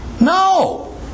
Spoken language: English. No